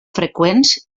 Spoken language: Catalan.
freqüents